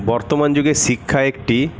বর্তমান যুগে শিক্ষা একটি